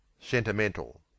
sentimental